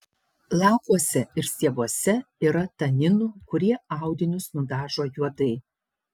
lapuose ir stiebuose yra taninų kurie audinius nudažo juodai